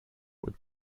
would